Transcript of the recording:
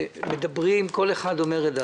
אני לא רואה שיש דברים כאלה בעולם.